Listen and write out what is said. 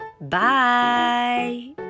Bye